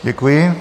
Děkuji.